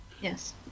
yes